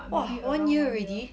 !wah! one year already